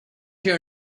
your